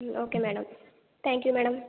okay madam thank you madam